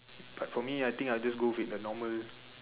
but for me I think I will just go with the normal